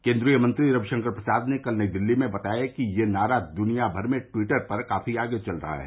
केन्द्रीय मंत्री रविशंकर प्रसाद ने कल नई दिल्ली में बताया कि यह नारा दुनिया भर में ट्वीटर पर काफी आगे चल रहा है